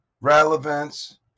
relevance